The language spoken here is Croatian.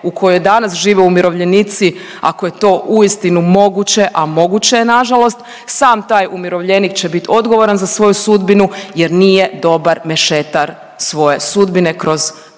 u kojoj danas žive umirovljenici ako je to uistinu moguće, a moguće je nažalost sam taj umirovljenik će bit odgovoran za svoju sudbinu jer nije dobar mešetar svoje sudbine kroz